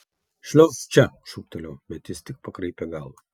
šliaužk čia šūktelėjau bet jis tik pakraipė galvą